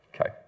Okay